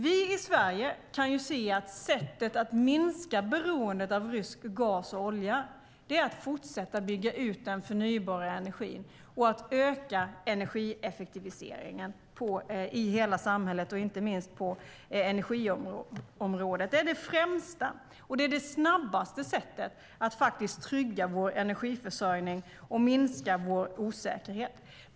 Vi i Sverige kan se att sättet att minska beroendet av rysk gas och olja är att fortsätta att bygga ut den förnybara energin och att öka energieffektiviseringen i hela samhället, framför allt på energiområdet. Det är det främsta och snabbaste sättet att trygga vår energiförsörjning och minska vår osäkerhet.